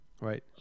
Right